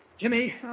Jimmy